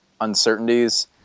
uncertainties